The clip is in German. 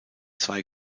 zwei